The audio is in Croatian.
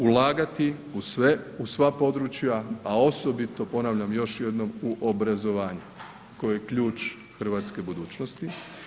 Ulagati u sve, u sva područja, a osobito ponavljam još jednom u obrazovanje koje je ključ hrvatske budućnosti.